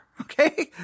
Okay